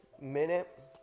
minute